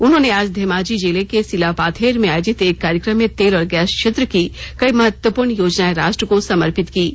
उन्होंने आज धेमाजी जिले के सिलापाथेर में आयोजित एक कार्यक्रम में तेल और गैस क्षेत्र की कई महत्वपूर्ण योजनाएं राष्ट्र को समर्पित कीं